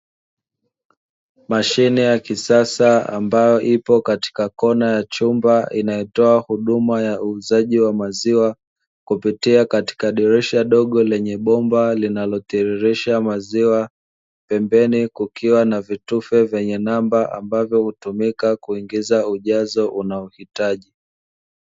Mashine ya kisasa ambayo ipo katika kona ya chumba inayotoa huduma ya uuzaji wa maziwa, kupitia katika dirisha dogo lenye bomba linalotiririsha maziwa, pembeni kukiwa na vitufe vyenye namba ambavyo hutumika kujaza ujazo unaohitaji.